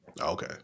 Okay